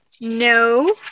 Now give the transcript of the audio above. No